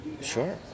Sure